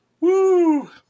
Woo